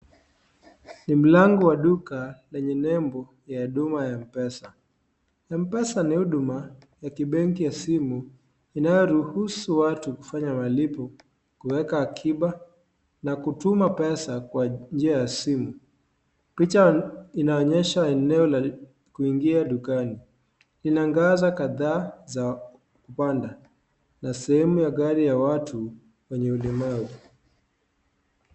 Ni mlango wa duka lenye nembo huduma ya Mpesa, Mpesa ni huduma ya kibenki ya simu inayoruhusu watu kufanya malipo , kuweka akiba na kutuma pesa kwa njia ya simu picha inaonyesha eneo la kuingia dukani lina angaza kadhaa za kupanda na sehemu ya gari ya watu wenye ulemavu.